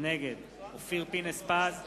נגד אופיר פינס-פז,